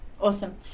Awesome